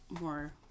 more